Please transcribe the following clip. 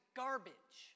garbage